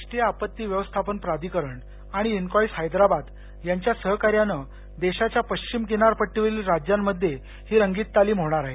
राष्ट्रीय आपत्ती व्यवस्थापन प्राधिकरण नवी दिल्ली आणि इन्कॉईस हैद्राबाद यांच्या सहकार्यानं देशाच्या पश्चिम किनार पट्टीवरील राज्यांमध्ये ही रंगीत तालीम होणार आहे